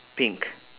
pink